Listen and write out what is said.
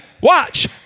Watch